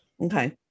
Okay